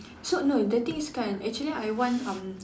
so no the thing is kan actually I want um